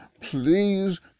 please